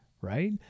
right